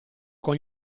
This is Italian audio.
con